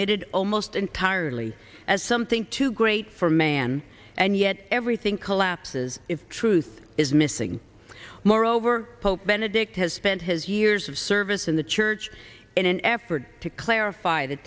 omitted almost entirely as something too great for man and yet everything collapses if truth is missing moreover pope benedict has spent his years of service in the church in an effort to clarify the